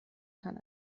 kann